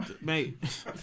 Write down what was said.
mate